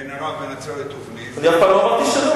לבן ערב, בן נצרת ובני, אני אף פעם לא אמרתי שלא.